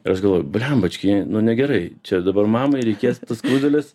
ir aš galvoju blembački nu negerai čia dabar mamai reikės tas skruzdėles